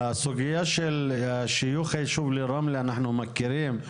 הסוגיה של שיוך היישוב לרמלה, אנחנו מכירים.